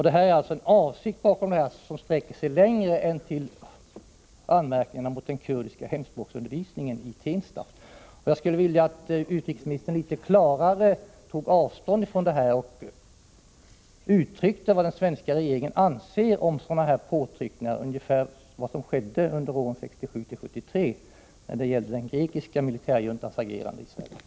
Det är alltså en avsikt bakom den här kritiken som sträcker sig längre än till anmärkningarna mot den kurdiska hemspråksundervisningen i Tensta. Jag skulle därför vilja att utrikesministern litet klarare tog avstånd från detta och gav uttryck åt vad regeringen anser om sådana här påtryckningar, ungefär som man gjorde under åren 1967-1973 när det gällde den grekiska militärjuntans agerande i Sverige.